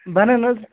بَنن حظ